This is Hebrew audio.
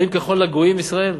האם ככל הגויים ישראל?